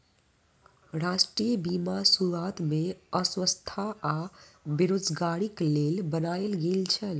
राष्ट्रीय बीमा शुरुआत में अस्वस्थता आ बेरोज़गारीक लेल बनायल गेल छल